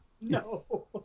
no